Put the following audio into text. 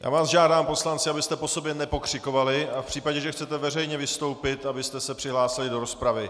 Já vás žádám, poslanci, abyste po sobě nepokřikovali, a v případě, že chcete veřejně vystoupit, abyste se přihlásili do rozpravy.